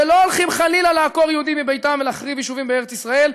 ולא הולכים חלילה לעקור יהודים מביתם ולהחריב יישובים בארץ-ישראל,